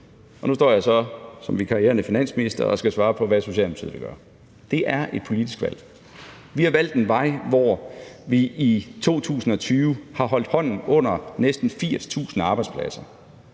Og nu står jeg så som vikarierende finansminister og skal svare på, hvad Socialdemokratiet vil gøre. Det er et politisk valg. Vi har valgt en vej, hvor vi i 2020 har holdt hånden under næsten 80.000 arbejdspladser,